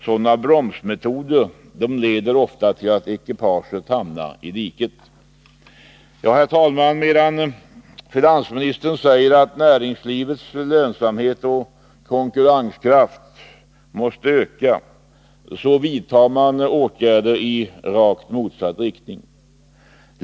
Sådana bromsmetoder leder ofta till att ekipaget hamnar i diket. Herr talman! Medan finansministern säger att näringslivets lönsamhet och konkurrenskraft måste öka, vidtar man åtgärder i rakt motsatt riktning.